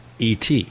ET